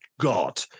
god